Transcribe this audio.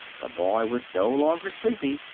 the boy was no longer sleepy,